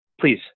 Please